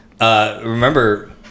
Remember